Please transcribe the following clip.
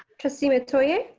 trustee metoyer.